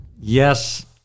Yes